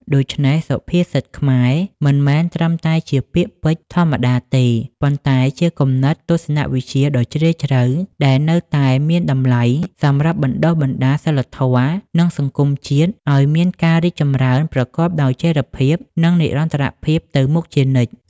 ដូច្នេះ សុភាសិតខ្មែរមិនមែនត្រឹមតែជាពាក្យពេចន៍ធម្មតាទេ ប៉ុន្តែជាគំនិតទស្សនវិជ្ជាដ៏ជ្រាលជ្រៅ ដែលនៅតែមានតម្លៃសម្រាប់បណ្តុះបណ្តាលសីលធម៌ និងសង្គមជាតិឲ្យមានការរីកចម្រើនប្រកបដោយចីរភាព និងនិរន្តរភាពទៅមុខជានិច្ច។